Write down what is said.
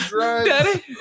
Daddy